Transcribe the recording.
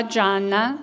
Gianna